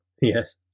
Yes